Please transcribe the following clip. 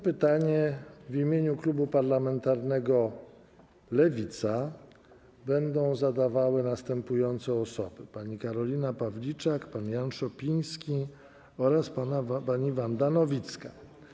Pytanie w imieniu klubu parlamentarnego Lewica będą zadawały następujące osoby: pani Karolina Pawliczak, pan Jan Szopiński oraz pani Wanda Nowicka.